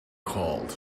called